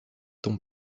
ton